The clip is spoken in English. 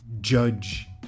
judge